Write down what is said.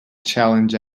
challenge